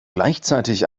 gleichzeitig